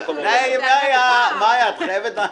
--- מאיה, את חייבת?